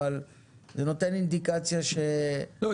אבל זה נותן אינדיקציה ש --- לא,